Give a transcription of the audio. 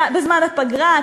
בזמן הפגרה,